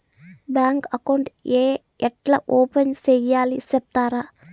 Bank account ఏ ఎట్లా open సేయాలి సెప్తారా?